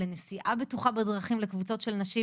לנסיעה בטוחה בדרכים לקבוצות של נשים,